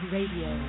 Radio